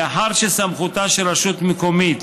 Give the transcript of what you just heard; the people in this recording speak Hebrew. מאחר שסמכותה של רשות מקומית